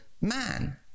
man